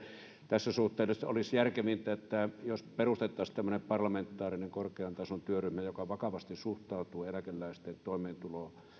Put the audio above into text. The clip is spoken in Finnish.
tässä suhteessa olisi järkevintä että perustettaisiin parlamentaarinen korkean tason työryhmä joka vakavasti suhtautuu eläkeläisten toimeentulo